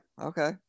okay